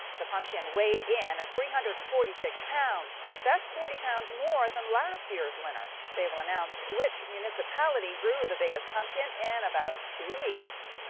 the pumpkin weighed in at three hundred and forty six pounds that's forty pounds more than last year's winner. they will announce which municipality grew the biggest pumpkin in about two weeks.